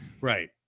right